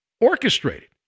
orchestrated